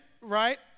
right